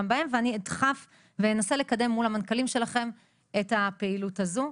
בהם ואני אדחוף ואנסה לקדם מול המנכ"לים שלכן את הפעילות הזו.